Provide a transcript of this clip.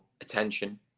attention